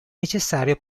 necessario